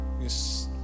Yes